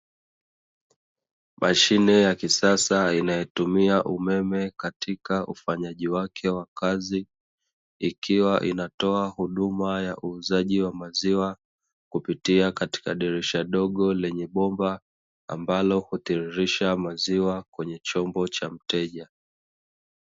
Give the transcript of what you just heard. Mashne ya kisasa inayotumia umeme katika ufanyaji wake wa kazi, ikiwa inatoa huduma ya uuzaji wa maziwa kupitia katika dirisha dogo lenye bomba ambalo hutiririsha maziwa kwenye chombo cha mteja.